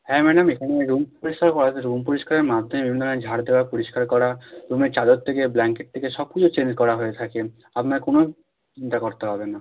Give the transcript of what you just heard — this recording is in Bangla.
হ্যাঁ ম্যাডাম এখানে রুম পরিষ্কার রুম পরিষ্কারের মাধ্যমে বিভিন্ন রকমের ঝাড় দেওয়া পরিষ্কার করা রুমের চাদর থেকে ব্ল্যাঙ্কেট থেকে সব কিছু চেঞ্জ করা হয়ে থাকে আপনার কোনো চিন্তা করতে হবে না